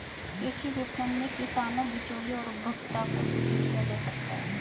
कृषि विपणन में किसानों, बिचौलियों और उपभोक्ताओं को संतुष्ट किया जा सकता है